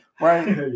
right